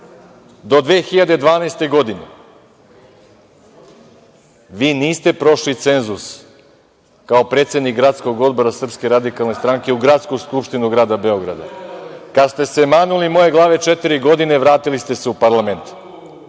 do 2012. godine, vi niste prošli cenzus kao predsednik gradskog odbora SRS u gradsku Skupštinu Grada Beograda. Kada ste se manuli moje glave četiri godine, vratili ste se u parlament.